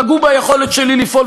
פגעו ביכולת שלי לפעול.